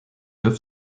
œufs